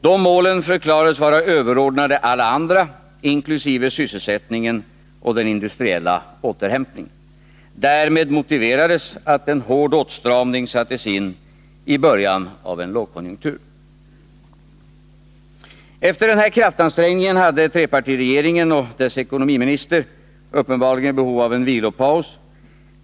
Dessa mål förklarades vara överordnade alla andra, inkl. sysselsättningen och den industriella återhämtningen. Därmed motiverades att en hård åtstramning sattes in i början av en lågkonjunktur. Efter denna kraftansträngning hade trepartiregeringen och dess ekonomiminister uppenbarligen behov av en vilopaus.